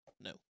No